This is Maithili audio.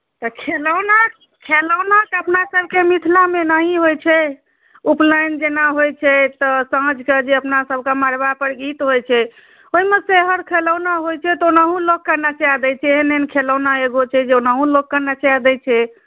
तऽ खेलौना खेलौना तऽ अपनासभकेँ मिथिलामे एनाहे होइत छै उपनयन जेना होइत छै तऽ साँझके जे अपनासभके मड़वापर गीत होइत छै ओहिमे सोहर खेलौना होइत छै तऽ ओनाहो लोकके नचा दैत छै एहन एहन खेलौना छै जे ओनाहो लोकके नचा दैत छै